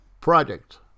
Project